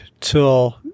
till